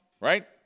right